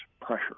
pressure